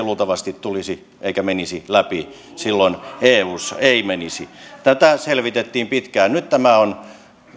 luultavasti menisi läpi silloin eussa ei menisi tätä selvitettiin pitkään nyt tämä on